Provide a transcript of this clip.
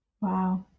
Wow